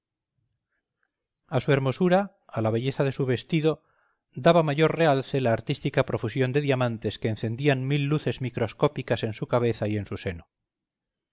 a su hermosura a la belleza de su vestido daba mayor realce la artística profusión de diamantes que encendían mil luces microscópicas en su cabeza y en su seno